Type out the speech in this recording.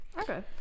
Okay